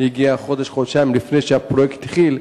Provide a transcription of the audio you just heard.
אבל הגיעה חודש-חודשיים לפני שהפרויקט התחיל,